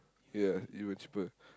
ya even cheaper